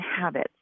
habits